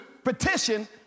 petition